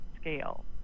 scale